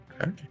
okay